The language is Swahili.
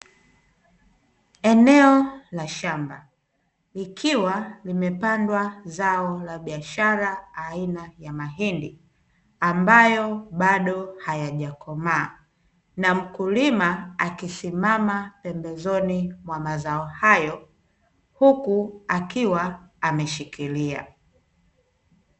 Eneo la shamba likiwa limepandwa zao la biashara aina ya mahindi ambayo bado hayajakomaa, na mkulima akisimama pembezoni mwa mazao hayo huku akiwa ameshikilia.